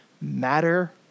matter